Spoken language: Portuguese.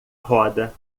roda